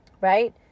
Right